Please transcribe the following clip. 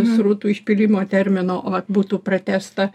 srutų išpylimo termino o būtų pratęsta